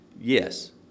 yes